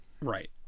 Right